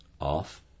off